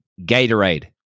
Gatorade